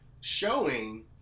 showing